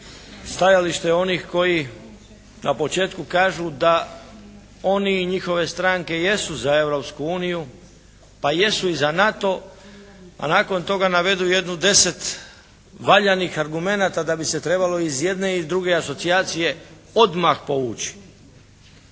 stajalište onih koji na početku kažu da oni i njihove stranke jesu za Europsku uniju, pa jesu i za NATO, a nakon toga navedu jedno 10 valjanih argumenata da bi se trebalo iz jedne i druge asocijacije odmah povući.